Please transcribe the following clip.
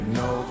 no